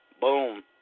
Boom